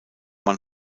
man